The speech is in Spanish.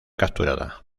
capturada